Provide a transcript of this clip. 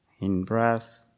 in-breath